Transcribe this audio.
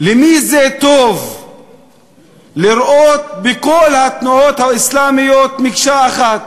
למי זה טוב לראות בכל התנועות האסלאמיות מקשה אחת?